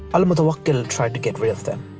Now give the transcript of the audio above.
al-mutawakkil tried to get rid of them.